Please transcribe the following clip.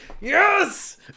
Yes